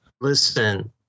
Listen